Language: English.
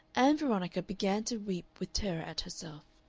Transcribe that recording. ann veronica began to weep with terror at herself.